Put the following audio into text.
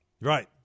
Right